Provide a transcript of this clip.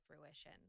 fruition